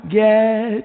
get